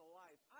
life